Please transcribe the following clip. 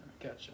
Gotcha